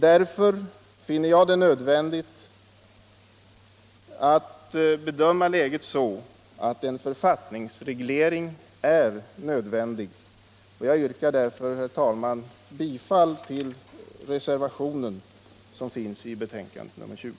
Därför bedömer jag läget så att en författningsreglering är nödvändig. Jag yrkar, herr talman, bifall till den reservation som fogats vid socialutskottets betänkande nr 20.